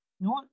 No